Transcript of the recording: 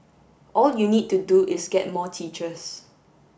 all you need to do is get more teachers